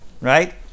right